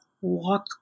walk